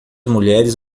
mulheres